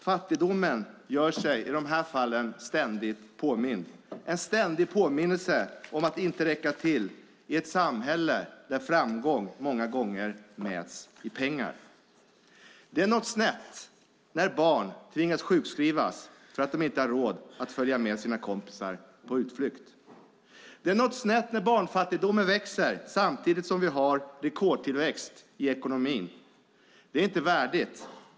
Fattigdomen gör sig i de här fallen ständigt påmind - en ständig påminnelse om att inte räcka till i ett samhälle där framgång många gånger mäts i pengar. Det är något snett när barn måste sjukskrivas därför att de inte har råd att följa med sina kompisar på utflykt. Det är något snett när barnfattigdomen växer samtidigt som vi har rekordtillväxt i ekonomin. Detta är inte värdigt.